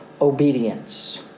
obedience